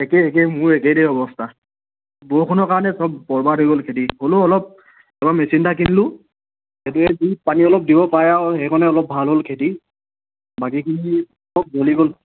একেই একেই মোৰ একেই দেই অৱস্থা বৰষুণৰ কাৰণে সব বৰবাদ হৈ গ'ল খেতি হ'লেও অলপ এইবাৰ মেচিন এটা কিনিলোঁ সেইটোৱে যি পানী অলপ দিব পাৰে আৰু সেইকাৰণে অলপ ভাল হ'ল খেতি বাকীখিনি সব গেলি গ'ল